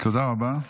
תודה רבה.